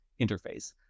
interface